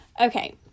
Okay